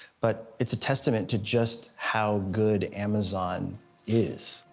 but it's a testament to just how good amazon is.